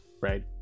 right